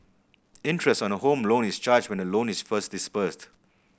interest on a Home Loan is charged when the loan is first disbursed